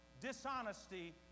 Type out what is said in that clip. dishonesty